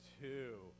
Two